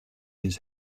his